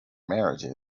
marriages